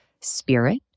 spirit